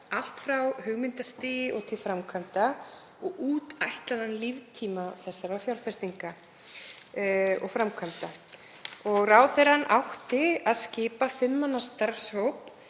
allt frá hugmyndastigi til framkvæmda og út ætlaðan líftíma þeirra fjárfestinga og framkvæmda. Ráðherrann átti að skipa fimm manna starfshóp